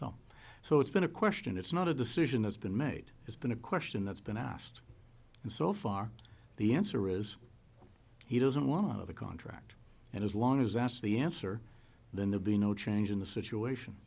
so so it's been a question it's not a decision has been made has been a question that's been asked and so far the answer is he doesn't want the contract and as long as that's the answer then there'd be no change in the situation